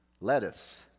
lettuce